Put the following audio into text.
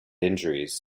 injuries